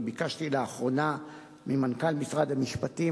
אני ביקשתי לאחרונה ממנכ"ל משרד המשפטים,